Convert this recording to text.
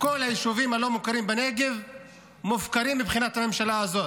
כל היישובים הלא-מוכרים בנגב מופקרים מבחינת הממשלה הזאת.